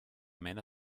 mena